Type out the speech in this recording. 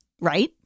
Right